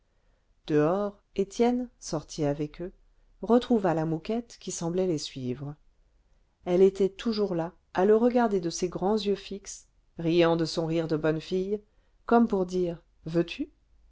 dehors étienne sorti avec eux retrouva la mouquette qui semblait les suivre elle était toujours là à le regarder de ses grands yeux fixes riant de son rire de bonne fille comme pour dire veux-tu